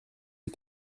les